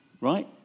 Right